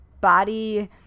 body